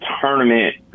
tournament